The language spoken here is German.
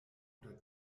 oder